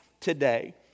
today